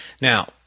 Now